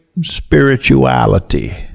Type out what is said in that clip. spirituality